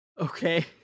Okay